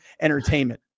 entertainment